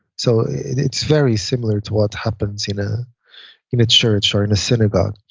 so it's very similar to what happens in ah in a church or in a synagogue.